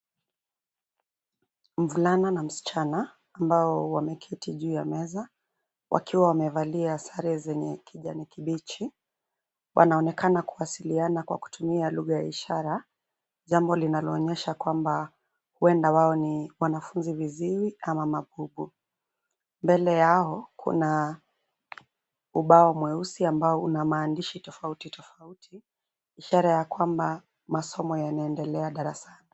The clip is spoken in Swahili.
Mvulana na msichana ambao wameketi juu ya meza wakiwa wamevalia sare zenye kijani kibichi wanaonekana kuwasiliana kwa kutumia lugha ya Ishara jambo linaloonyesha kwamba uenda wao ni wanafunzi viziwi ama mabubu. Mbele yao kuna ubao mweusi ambao una maandishi tofauti tofauti ishara ya kwamba masomo yanaendelea darasani.